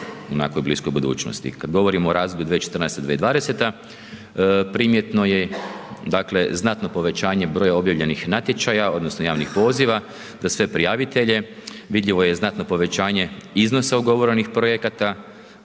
onako u bliskoj budućnosti. Kad govorimo o razdoblju 2014.-2020. primjetno je dakle znatno povećanje broja objavljenih natječaja, odnosno javnih poziva, za sve prijavitelje, vidljivo je znatno povećanje iznosa ugovorenih projekata,